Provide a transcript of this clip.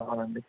అవునండి